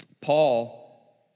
Paul